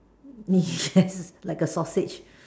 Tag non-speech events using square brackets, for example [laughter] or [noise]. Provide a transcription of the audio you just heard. [breath] yes like a sausage